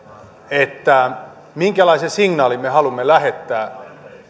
minkälaisen signaalin me haluamme lähettää